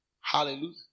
Hallelujah